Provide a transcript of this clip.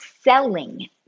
selling